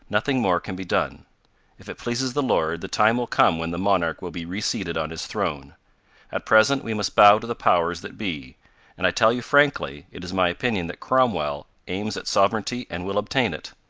nothing more can be done if it pleases the lord, the time will come when the monarch will be reseated on his throne at present, we must bow to the powers that be and i tell you frankly, it is my opinion that cromwell aims at sovereignty and will obtain it.